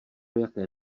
jaké